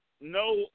no